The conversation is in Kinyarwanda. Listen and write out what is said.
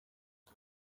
ubu